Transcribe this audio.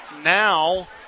Now